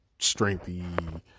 strengthy